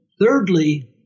Thirdly